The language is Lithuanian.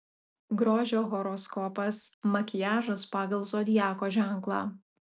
grožio horoskopas makiažas pagal zodiako ženklą